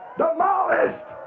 demolished